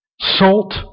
Salt